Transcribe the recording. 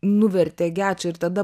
nuvertė gečą ir tada